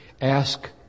Ask